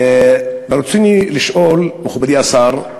ברצוני לשאול, מכובדי השר: